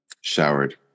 showered